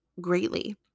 greatly